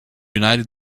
united